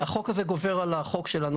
כרגע החוק הזה גובר על החוק שלנו